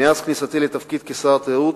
מאז כניסתי לתפקיד כשר התיירות,